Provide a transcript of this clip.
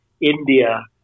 India